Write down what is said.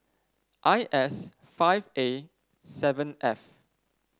I S five A seven F